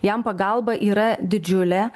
jam pagalba yra didžiulė